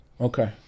Okay